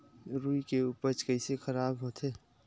रुई के उपज कइसे खराब होथे?